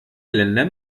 länder